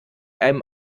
einem